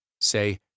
Say